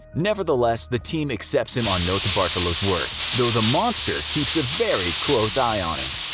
nevertheless, the team accepts him on notarbartolo's word, though the monster keeps a very close eye on him.